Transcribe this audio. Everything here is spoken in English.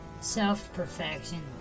self-perfection